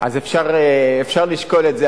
אז אפשר לשקול את זה,